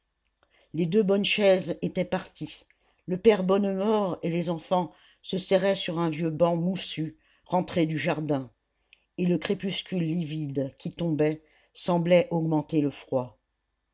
les deux bonnes chaises étaient parties le père bonnemort et les enfants se serraient sur un vieux banc moussu rentré du jardin et le crépuscule livide qui tombait semblait augmenter le froid